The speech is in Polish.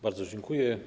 Bardzo dziękuję.